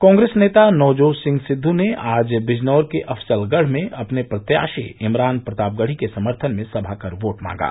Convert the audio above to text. कॉप्रेस नेता नवजोत सिंह सिद्ध ने आज बिजनौर के अफजलगढ़ में अपने प्रत्याशी इमरान प्रतापगढ़ी के समर्थन में सभा कर वोट मांगा